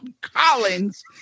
Collins